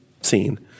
scene